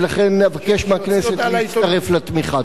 ולכן אבקש מהכנסת להצטרף לתמיכה.